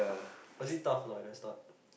or is it tough at the start